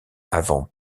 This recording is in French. avant